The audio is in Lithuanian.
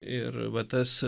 ir va tas